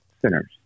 sinners